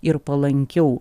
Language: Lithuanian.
ir palankiau